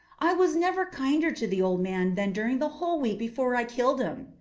i was never kinder to the old man than during the whole week before i killed him.